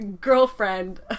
girlfriend